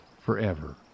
forever